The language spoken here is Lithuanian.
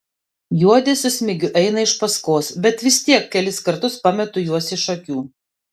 juodė su smigiu eina iš paskos bet vis tiek kelis kartus pametu juos iš akių